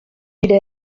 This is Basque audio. nire